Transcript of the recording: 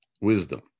wisdom